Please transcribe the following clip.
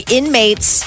inmates